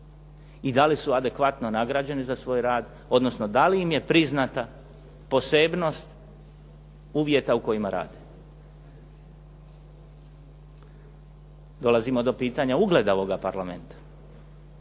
i da li su adekvatno nagrađeni za svoj rad, odnosno da li im je priznata posebnost uvjeta u kojima rade. Dolazimo do pitanja ugleda ovoga Parlamenta.